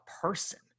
person